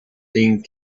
thing